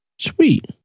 Sweet